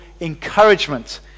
encouragement